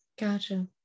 Gotcha